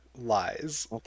lies